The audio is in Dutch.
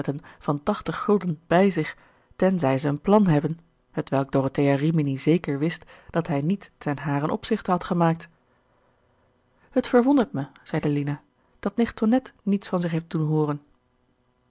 bij zich tenzij ze een plan hebben hetwelk dorothea rimini zeker wist dat hij niet ten haren opzichte had gemaakt t verwondert me zeide lina dat nicht tonnette niets van zich heeft doen hooren